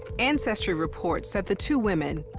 ancestry reports that the two women,